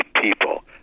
people